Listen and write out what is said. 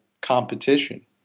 competition